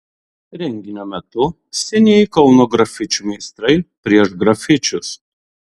renginio metu senieji kauno grafičių meistrai pieš grafičius